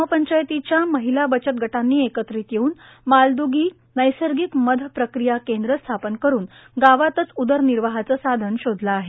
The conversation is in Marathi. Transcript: ग्राम पंचायतीच्या महिला बचत गटांनी एकत्रित येऊन मालदुगी नैसर्गिक मध प्रक्रिया गट स्थापन करून गावातच उदर निर्वाहाचे साधन शोधले आहे